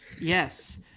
Yes